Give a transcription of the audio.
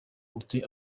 uti